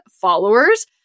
followers